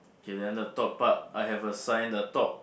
K then the top part I have a sign the top